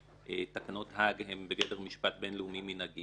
שתקנות האג הן בגדר משפט בינלאומי-מנהגי.